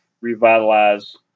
revitalize